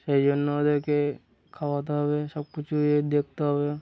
সেই জন্য ওদেরকে খাওয়াতে হবে সব কিছুই এর দেখতে হবে